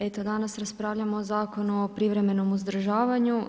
Eto, danas raspravljamo o Zakonu o privremenom uzdržavanju.